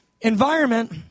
environment